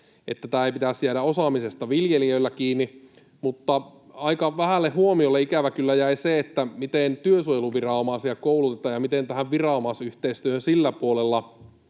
että tämän ei pitäisi jäädä viljelijöillä osaamisesta kiinni, mutta aika vähälle huomiolle ikävä kyllä jäi se, miten työsuojeluviranomaisia koulutetaan ja miten tähän viranomaisyhteistyöhön sillä puolella